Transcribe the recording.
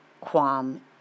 quam